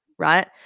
right